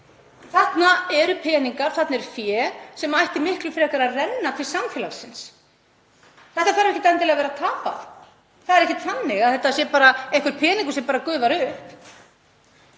Þarna eru peningar, þarna er fé sem ætti miklu frekar að renna til samfélagsins. Þetta þarf ekkert endilega að vera tapað. Það er ekki þannig að þetta sé einhver peningur sem bara gufar upp.